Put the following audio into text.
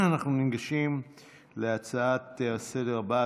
אנחנו ניגשים להצעה לסדר-היום הבאה,